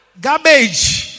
Garbage